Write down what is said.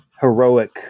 heroic